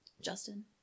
Justin